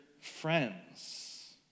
friends